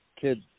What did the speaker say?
kid